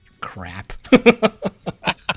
crap